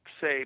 say